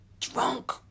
drunk